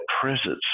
presence